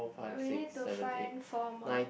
we need to find four more